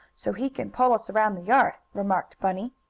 so he can pull us around the yard, remarked bunny.